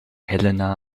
helena